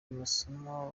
amasomo